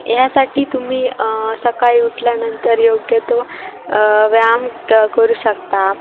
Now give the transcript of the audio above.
ह्यासाठी तुम्ही सकाळी उठल्यानंतर योग्य तो व्यायाम करू शकता